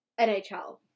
NHL